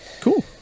Cool